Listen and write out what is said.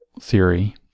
theory